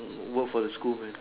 work for the school man